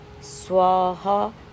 swaha